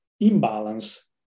imbalance